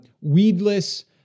weedless